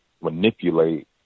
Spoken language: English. manipulate